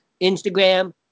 instagram